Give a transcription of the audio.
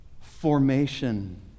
formation